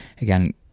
Again